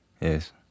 Yes